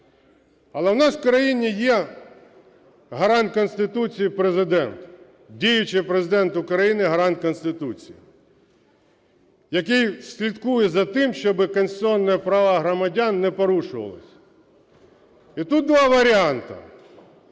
Але у нас в країні є гарант Конституції – Президент. Діючий Президент України – гарант Конституції, який слідкує за тим, щоб конституційні права громадян не порушувались. І тут два варіанти: